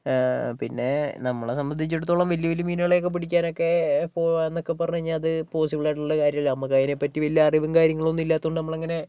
ആ പിന്നെ നമ്മളെ സംബന്ധിച്ചിടത്തോളം വലിയ വലിയ മീനുകളെയൊക്കെ പിടിക്കാനൊക്കെ പോകുവാന്നൊക്കെ പറഞ്ഞ് കഴിഞ്ഞാൽ അത് പോസ്സിബിൾ ആയിട്ടുള്ള കാര്യമില്ല നമ്മക്കതിനെ പറ്റി വലിയ അറിവും കാര്യങ്ങളൊന്നും ഇല്ലാത്തോണ്ട് നമ്മളിങ്ങനെ